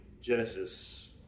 Genesis